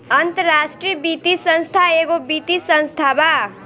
अन्तराष्ट्रिय वित्तीय संस्था एगो वित्तीय संस्था बा